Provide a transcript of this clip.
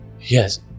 Yes